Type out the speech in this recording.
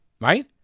right